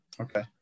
Okay